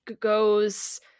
Goes